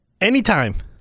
Anytime